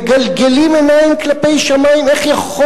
מגלגלים עיניים כלפי שמים: איך יכול